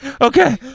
okay